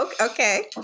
Okay